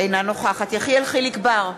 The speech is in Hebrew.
אינה נוכחת יחיאל חיליק בר,